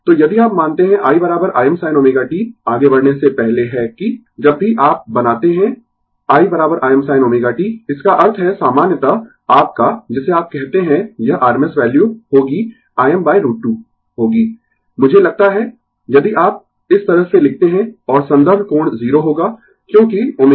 तो यदि आप मानते है i Imsin t आगे बढ़ने से पहले है कि जब भी आप बनाते है i Imsin ω t इसका अर्थ है सामान्यतः आपका जिसे आप कहते है यह rms वैल्यू होगी Im √2 होगी मुझे लगता है यदि आप इस तरह से लिखते है और संदर्भ कोण 0 होगा क्योंकि ω t